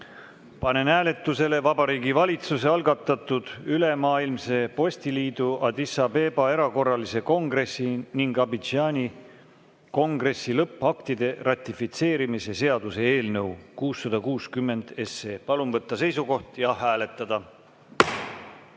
panen hääletusele Vabariigi Valitsuse algatatud Ülemaailmse Postiliidu Addis Abeba erakorralise kongressi ning Abidjani kongressi lõppaktide ratifitseerimise seaduse eelnõu 660. Palun võtta seisukoht ja hääletada!